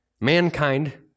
Mankind